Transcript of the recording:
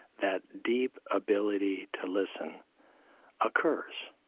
that deep ability to listen occurs.